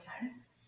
intense